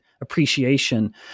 appreciation